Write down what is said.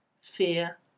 fear